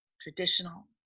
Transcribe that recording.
traditional